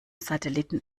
satelliten